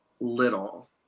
little